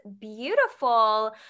beautiful